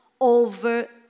over